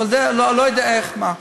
אבל לא יודע איך ומה.